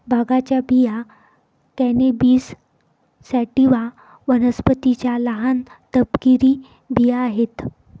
भांगाच्या बिया cannabis sativa वनस्पतीच्या लहान, तपकिरी बिया आहेत